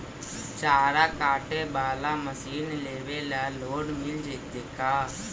चारा काटे बाला मशीन लेबे ल लोन मिल जितै का?